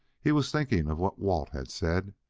he was thinking of what walt had said.